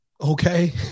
okay